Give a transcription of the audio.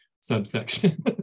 subsection